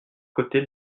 côté